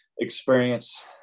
experience